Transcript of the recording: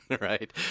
right